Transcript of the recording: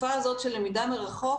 התקופה הזאת של למידה מרחוק,